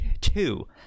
two